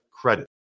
credit